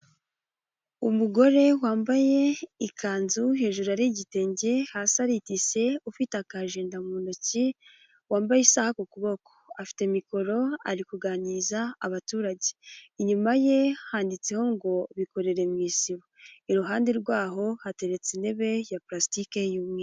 Umugore wambaye ikanzu hejuru ari igitenge hasi ari idise ufite aka ajenda mu ntoki wambaye isaha ku kuboko afite mikoro ari kuganiriza abaturage, inyuma ye handitseho ngo bikorere mu isibo, iruhande rwaho hateretse intebe ya pulastike y'umweru.